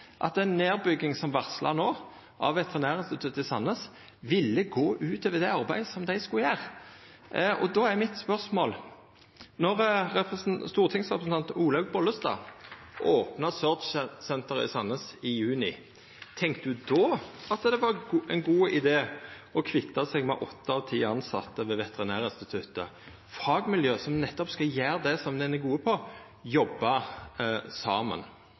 som no er varsla, ville gå ut over det arbeidet som dei skulle gjera. Då er spørsmålet mitt: Då stortingsrepresentant Olaug V. Bollestad opna SEARCH-senteret på Sandnes i juni, tenkte ho då at det var ein god idé å kvitta seg med åtte av ti tilsette ved Veterinærinstituttet, fagmiljøet som nettopp skal gjera det dei er gode til, jobba saman?